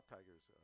Tigers